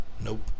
Nope